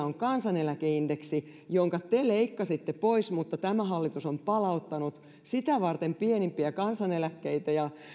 on kansaneläkeindeksi jonka te leikkasitte pois mutta tämä hallitus on palauttanut sitä varten pienimpiä kansaneläkkeitä ja